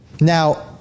Now